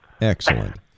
Excellent